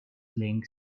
link